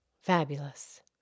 Fabulous